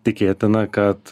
tikėtina kad